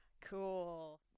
Cool